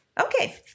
Okay